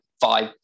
five